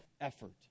effort